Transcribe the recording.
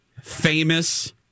famous